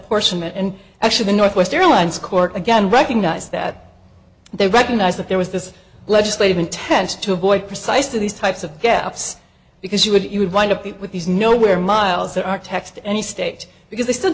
apportionment and actually the northwest airlines court again recognize that they recognize that there was this legislative intent to avoid precisely these types of gaps because you would you would wind up with these nowhere miles that are taxed any state because they s